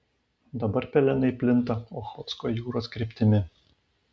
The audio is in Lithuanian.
dabar pelenai plinta ochotsko jūros kryptimi